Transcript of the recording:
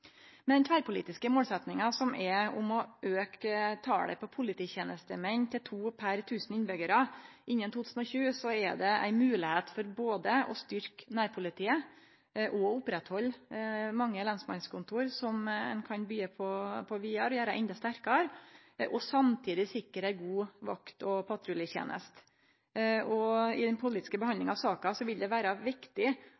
Med den tverrpolitiske målsettinga om å auke talet på polititenestemenn til to per tusen innbyggjarar innan 2020 er det ei moglegheit for både å styrkje nærpolitiet og oppretthalde mange lensmannskontor som ein kan byggje på vidare og gjere enda sterkare, og samtidig sikre ei god vakt- og patruljeteneste. I den politiske